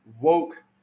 Woke